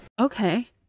Okay